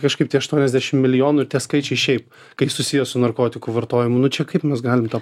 kažkaip tie aštuoniasdešim milijonų tie skaičiai šiaip kai susiję su narkotikų vartojimu nu čia kaip mes galim tą